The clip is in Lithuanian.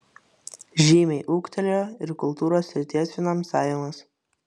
žymiai ūgtelėjo ir kultūros srities finansavimas